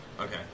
Okay